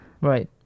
Right